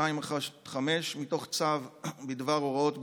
215 מתוך צו בדבר הוראות ביטחון?